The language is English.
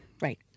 Right